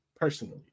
personally